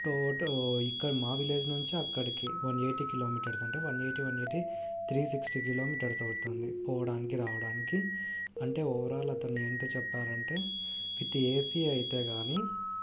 toto ఇక్కడ మా village నుంచి అక్కడికి వన్ ఎయిటీ కిలోమీటర్స్ అంటే one eighty one eighty three sixty kilometers అవుతోంది పోవడానికి రావడానికి అంటే ఓవరాల్ అతను ఎంత చెప్పారంటే విత్ ఏసి అయితే కానీ